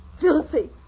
Filthy